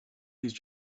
these